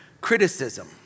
criticism